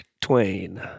Twain